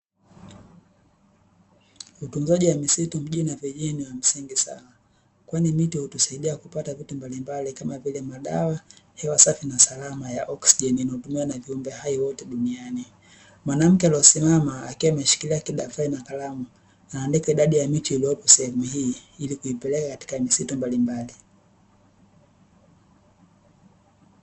Utunzaji wa misitu mjini na vijijini ni wa msingi sana, kwani miti hurusaidia kupata bidhaa mbalimbali kama vile madawa, hewa safi na salama ya oksijeni inayotumiwa na viumbe hai wote duniani, mwanamke aliyesimama akiwa ameshikiria kidaftari na kalamu, anaandika idadi ya miche iliyopo sehemu hii ili kuipeleka katika maeneo mbalimbali.